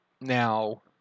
Now